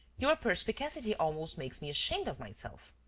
your perspicacity almost makes me ashamed of myself.